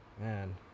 Man